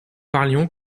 parlions